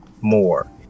more